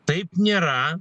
taip nėra